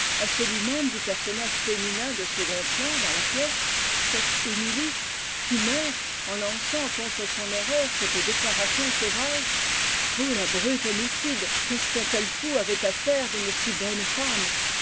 à celui même du personnage féminin de second plan dans la pièce cette emilie qui meurt en lançant contre son erreur cette déclaration sauvage oh la brute homicide qu'est-ce qu'un tel fou avait à faire d'une si bonne femme